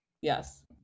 yes